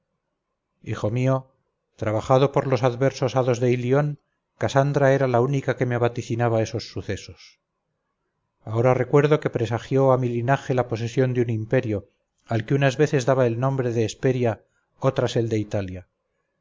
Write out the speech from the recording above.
hijo mío trabajado por los adversos hados de ilión casandra era la única que me vaticinaba esos sucesos ahora recuerdo que presagió a mi linaje la posesión de un imperio al que unas veces daba el nombre de hesperia otras el de italia